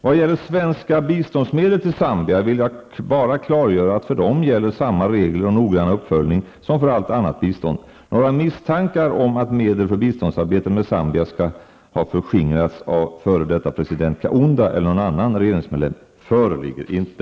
Vad gäller svenska biståndsmedel till Zambia, vill jag bara klargöra att för dem gäller samma regler och noggranna uppföljning som för allt annat bistånd. Några misstankar om att medel för biståndssamarbetet med Zambia skall ha förskingrats av f.d. president Kaunda eller någon annan regeringsmedlem föreligger inte.